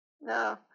No